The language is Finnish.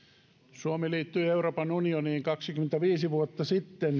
suomi liittyi euroopan unioniin kaksikymmentäviisi vuotta sitten